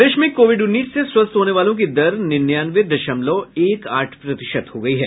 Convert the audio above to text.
प्रदेश में कोविड उन्नीस से स्वस्थ होने वालों की दर निन्यानवे दशमलव एक आठ प्रतिशत हो गयी है